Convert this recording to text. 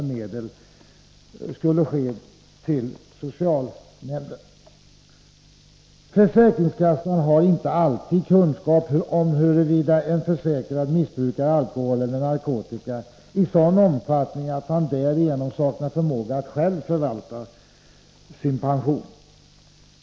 Försäkringskassan har inte alltid kunskap om huruvida en försäkrad missbrukar alkohol eller narkotika i en sådan omfattning att han därigenom saknar förmåga att själv förvalta sin pension.